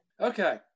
Okay